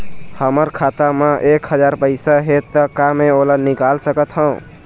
हमर खाता मा एक हजार पैसा हे ता का मैं ओला निकाल सकथव?